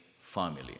Family